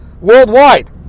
worldwide